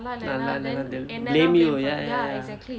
நல்லா இல்லைனா:nallaa illainaa then blame you ya ya ya